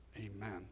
Amen